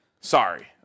Sorry